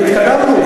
התקדמנו,